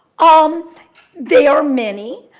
um they are many.